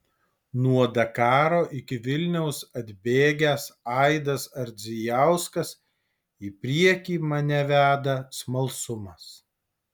nuo dakaro iki vilniaus atbėgęs aidas ardzijauskas į priekį mane veda smalsumas